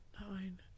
nine